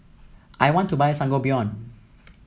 I want to buy Sangobion